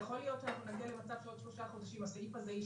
יכול להיות שנגיע למצב שבעוד שלושה חודשים הסעיף הזה יישאר,